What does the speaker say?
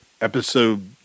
episode